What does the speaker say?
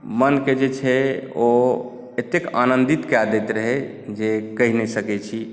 मनके जे छै ओ एतेक आनंदित कए दैत रहय जे कहि नए सकैत छी